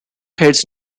heads